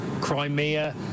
Crimea